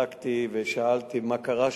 מבקשת לצרף